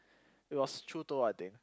it was chutoro I think